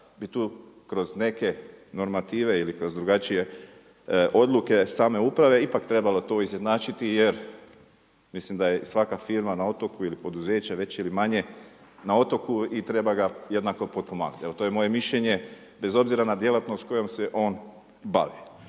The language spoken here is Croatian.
bi tu kroz neke normative ili kroz drugačije odluke same uprave ipak trebalo to izjednačiti jer mislim da je i svaka firma na otoku ili poduzeće veće ili manje na otoku i treba ga jednako potpomagati. To je moje mišljenje bez obzira na djelatnost s kojom se on bavi.